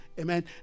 Amen